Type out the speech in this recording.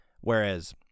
Whereas